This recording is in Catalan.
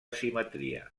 simetria